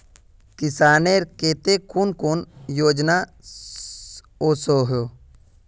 किसानेर केते कुन कुन योजना ओसोहो?